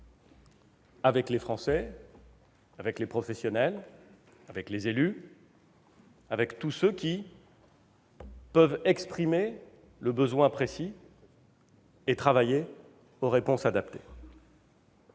avec les Français, avec les professionnels, avec les élus, avec tous ceux qui peuvent en exprimer le besoin précis et travailler aux réponses adaptées.